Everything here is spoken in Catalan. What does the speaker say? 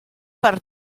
per